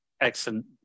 Excellent